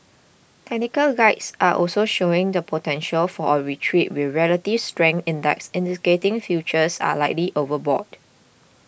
technical guides are also showing the potential for a retreat with relative strength index indicating futures are likely overbought